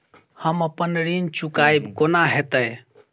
हम अप्पन ऋण चुकाइब कोना हैतय?